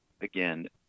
again